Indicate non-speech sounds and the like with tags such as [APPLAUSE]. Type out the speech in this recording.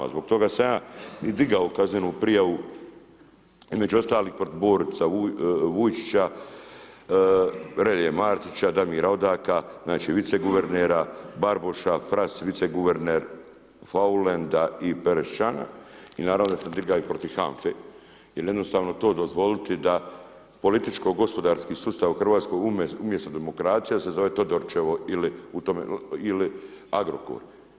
Zbog toga sam ja i digao kaznenu prijavu, između ostalih … [UNINTELLIGIBLE] Vujčića, Relje Martića, Damira Odaka, znači vice guvernera, Barbuša, … [UNINTELLIGIBLE] vice guverner, Faulenda i Perešćana i naravno da ste … [UNINTELLIGIBLE] protiv HANFA-e, jer jednostavno to dozvoliti, da politički gospodarski sustav u Hrvatskoj umjesto demokracije, da se zove Todorićevo ili Agrokor.